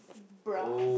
bruh